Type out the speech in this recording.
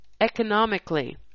economically